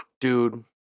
Dude